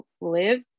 live